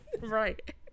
Right